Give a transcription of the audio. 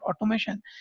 automation